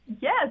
Yes